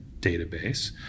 database